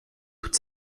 toute